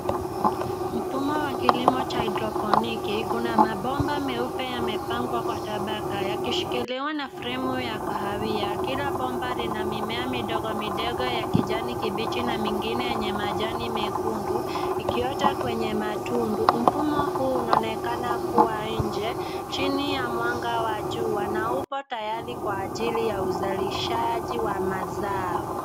Mfumo wa kilimo cha hydroponic . Kuna mabomba meupe yamepangwa kwa tabaka yakishikiliwa na fremu ya kahawia. Kila bomba lina mimea midogo midogo ya kijani kibichi na mengine yenye majani mekundu ikiota kwenye matundu. Mfumo huu unaonekana kuwa ya nje chini ya mwanga wa jua na upon tayari kwa ajili ya uzalishaji wa mazao.